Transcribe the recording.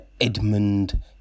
Edmund